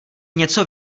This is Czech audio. něco